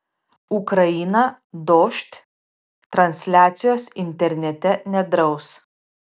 ukraina dožd transliacijos internete nedraus